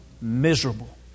miserable